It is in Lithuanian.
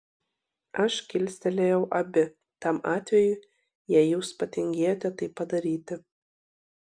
aš kilstelėjau abi tam atvejui jei jūs patingėjote tai padaryti